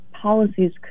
policies